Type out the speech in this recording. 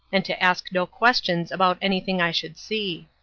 and to ask no questions about anything i should see.